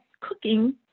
cooking